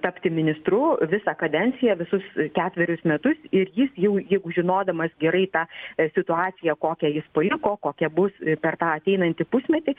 tapti ministru visą kadenciją visus ketverius metus ir jis jau jeigu žinodamas gerai tą situaciją kokią jis paliko kokia bus per tą ateinantį pusmetį